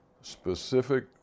specific